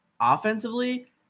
offensively